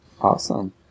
Awesome